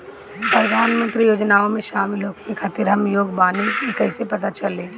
प्रधान मंत्री योजनओं में शामिल होखे के खातिर हम योग्य बानी ई कईसे पता चली?